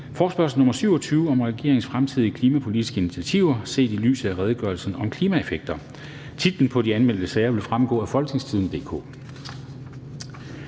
oplyse om regeringens fremtidige klimapolitiske initiativer set i lyset af redegørelsen om klimaeffekter?). Titlen på de anmeldte sager vil fremgå af www.folketingstidende.dk